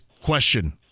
question